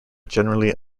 generally